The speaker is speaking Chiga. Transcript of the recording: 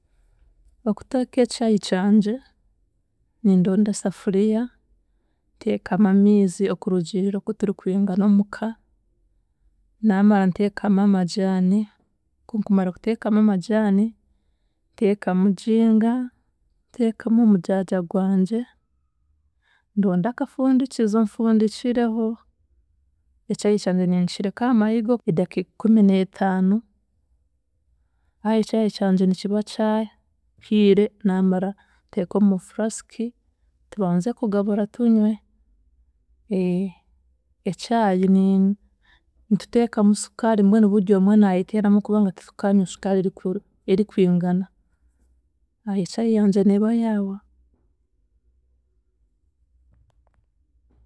Okuteeka ekyayi kyangye, nindonda esafuriya nteekemu amiizi okurugiirira oku turikwingana omuka, naamara nteekemu amgyani, kunkumara kuteekamu amajaani, nteekamu ginger, ntekamu omujaja gwangye, ndonde akafundikizo nfundikireho, ekyayi kyangye ninkireka aha mahega edakiika ikumineetaano, ahi ekyayi kyangye nikiba kyahire naamara nteeke omu flask tubanze kugabura tunywe, ekyayi ni- nitutekamu sukaari mbwenu buryomu naayeteeramu kubanga titukanywa sukaari erikuru erikwingana, ahe chai yangye neeba yaahwa.